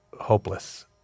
hopeless